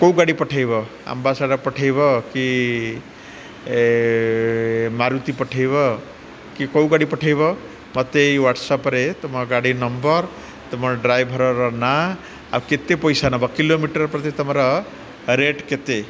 କେଉଁ ଗାଡ଼ି ପଠେଇବ ଆମ୍ବାସଡ଼ୋର୍ ପଠେଇବ କି ମାରୁୁତି ପଠେଇବ କି କେଉଁ ଗାଡ଼ି ପଠେଇବ ମୋତେ ଏଇ ୱାଟ୍ସଆପ୍ରେ ତମ ଗାଡ଼ି ନମ୍ବର୍ ତୁମ ଡ୍ରାଇଭର୍ର ନାଁ ଆଉ କେତେ ପଇସା ନବ କିଲୋମିଟର ପ୍ରତି ତମର ରେଟ୍ କେତେ